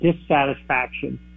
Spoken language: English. dissatisfaction